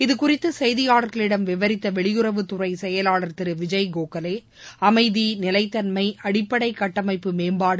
இதுகுறித்து செய்தியாளர்களிடம் விவரித்த வெளியுறவுத்துறை செயலாளர் திரு விஜய் கோகலே அமைதி நிலைத்தன்மை அடிப்படை கட்டமைப்பு மேம்பாடு